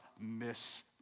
miss